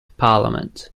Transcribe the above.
parliament